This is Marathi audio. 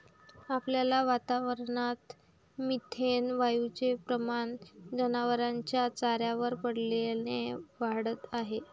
आपल्या वातावरणात मिथेन वायूचे प्रमाण जनावरांच्या चाऱ्यावर पडल्याने वाढत आहे